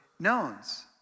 knowns